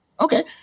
Okay